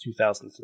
2003